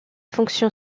fonction